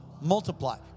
multiply